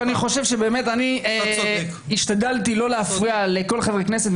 -- ואני חושב שאני השתדלתי לא להפריע לכל חברי הכנסת,